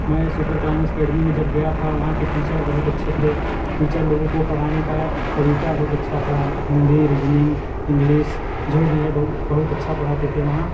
मैं super climax academy में जब गया था वहाँ के टीचर बहुत अच्छे थे टीचर लोगों को पढ़ने का तरीका बहुत अच्छा था हिन्दी रिजनिंग इंग्लिस जो भी है बहुत अच्छा पढ़ते थे वहाँ